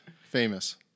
Famous